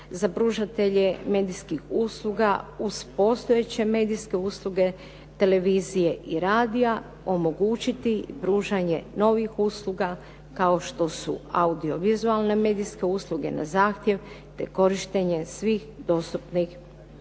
za pružatelje medijskih usluga uz postojeće medijske usluge televizije i radija omogućiti pružanje novih usluga kao što su audiovizualne medijske usluge na zahtjev te korištenje svih dostupnih